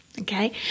okay